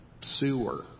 sewer